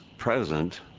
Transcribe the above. present